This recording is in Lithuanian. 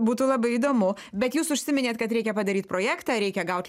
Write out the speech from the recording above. būtų labai įdomu bet jūs užsiminėt kad reikia padaryt projektą reikia gaut